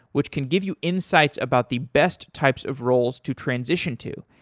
which can give you insights about the best types of roles to transition to.